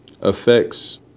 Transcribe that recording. affects